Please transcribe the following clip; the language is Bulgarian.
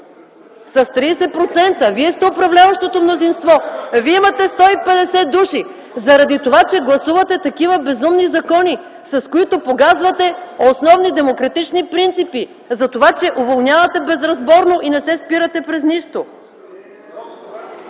Вие сте управляващото мнозинство, вие имате 150 души. Заради това, че гласувате безумни закони, с които погазвате основни демократични принципи, заради това, че уволнявате безразборно и не се спирате .пред нищо.